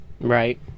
right